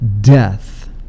death